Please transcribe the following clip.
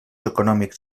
econòmics